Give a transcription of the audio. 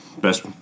Best